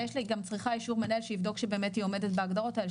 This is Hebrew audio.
והיא גם צריכה אישור מנהל שבאמת היא עומדת בהגדרות האלה,